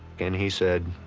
and he said,